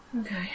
Okay